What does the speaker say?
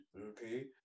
Okay